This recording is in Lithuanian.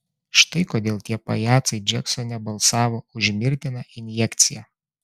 štai kodėl tie pajacai džeksone balsavo už mirtiną injekciją